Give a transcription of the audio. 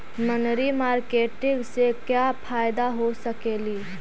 मनरी मारकेटिग से क्या फायदा हो सकेली?